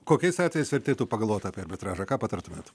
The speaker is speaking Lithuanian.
kokiais atvejais vertėtų pagalvot apie arbitražą ką patartumėt